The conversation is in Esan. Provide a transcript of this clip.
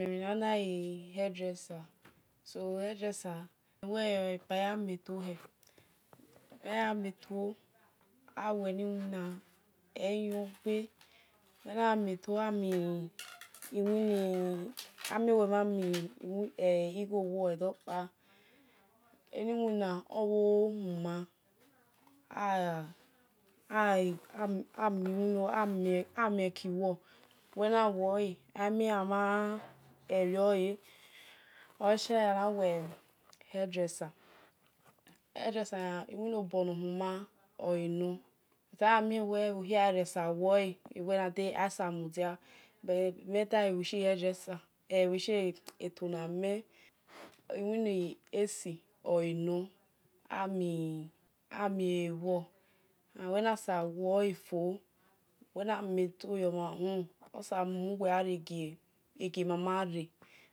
Iwina nime lu ona ghai head dressal so head dressa mel wel buya metohe meya meto awue ni wina ei gho gbe wel na ghu mel-to amie lwinee ami wel mhan mi igho buwe edo-kpa eniwina owo huma a amie ki bhor wel na luole amie amhan eliole oleshie ana lue head dressa headdressa iwinobor-nor huma ole nor dar mie wel ebho hia rere sa wole ewe-rade asabor mudia but ebime-daghe bhi-shie to-na mel iwini esi ole nor ami amiele bhor wel nasa woe fo wel na mel-toyomha humu osabor muwe gha rie mama re.